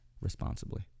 Responsibly